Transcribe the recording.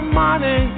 money